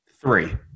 three